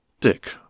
Dick